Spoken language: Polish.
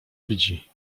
widzi